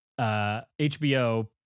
hbo